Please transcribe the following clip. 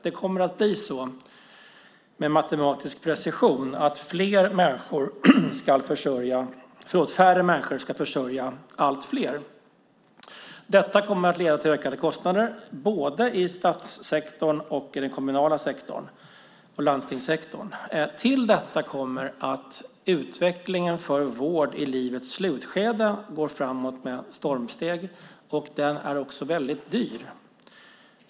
Det kommer att bli så med matematisk precision att färre människor ska försörja allt fler. Detta kommer att leda till ökade kostnader både i statssektorn, i den kommunala sektorn och i landstingssektorn. Till detta kommer att utvecklingen för vård i livets slutskede går framåt med stormsteg, och den är också väldigt dyr.